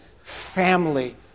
family